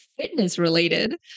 fitness-related